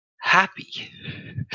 happy